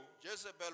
Jezebel